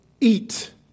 eat